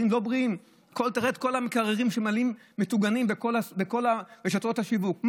תראה את כל המקררים שמלאים מטוגנים בכל רשתות השיווק,